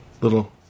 little